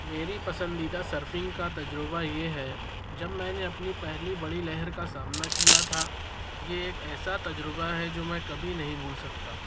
میری پسندیدہ سرفنگ کا تجربہ یہ ہے جب میں نے اپنی پہلی بڑی لہر کا سامنا کیا تھا یہ ایک ایسا تجربہ ہے جو میں کبھی نہیں بھول سکتا